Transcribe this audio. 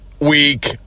week